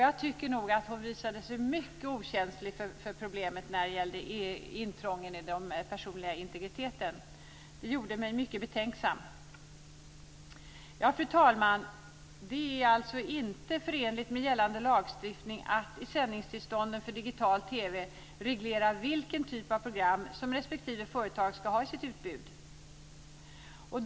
Jag tycker nog att hon visade sig mycket okänslig för problemet när det gällde intrången i den personliga integriteten. Det gjorde mig mycket betänksam. Fru talman! Det är alltså inte förenligt med gällande lagstiftning att i sändningstillstånden för digital TV reglera vilken typ av program som respektive företag skall ha i sitt utbud.